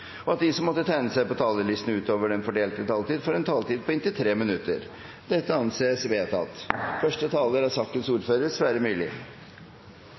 og at de som måtte tegne seg på talerlisten utover den fordelte taletid, får en taletid på inntil 3 minutter. – Det anses vedtatt. Jernbanen spiller en viktig rolle og skal spille en viktig rolle i transportsystemet vårt. Derfor er